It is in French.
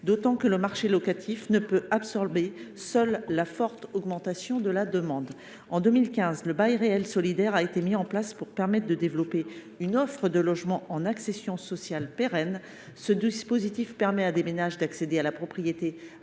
d’autant que le marché locatif ne peut absorber la forte augmentation de la demande à lui seul. En 2015, le bail réel solidaire a été mis en place pour permettre de développer une offre de logements en accession sociale pérenne. Ce dispositif permet à des ménages d’accéder à la propriété à des